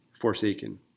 forsaken